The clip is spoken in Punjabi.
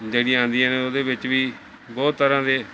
ਜਿਹੜੀਆਂ ਆਉਂਦੀਆਂ ਨੇ ਉਹਦੇ ਵਿੱਚ ਵੀ ਬਹੁਤ ਤਰ੍ਹਾਂ ਦੇ